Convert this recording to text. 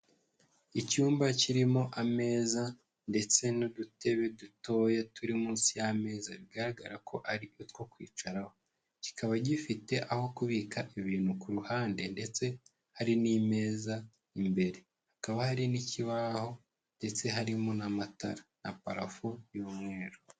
Icyumba kirimo ameza , ndetse n'udutebe dutoya turi munsi y'ameza, bigaragara ko ari utwo kwicaraho. Kikaba gifite aho kubika ibintu ku ruhande, ndetse hari n'imeza imbere, hakaba hari n'ikibaho, ndetse harimo n'amatara, na parafo y'umweru.